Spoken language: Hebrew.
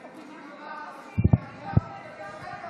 כשמתיזים רעל על בני אדם זה בסדר,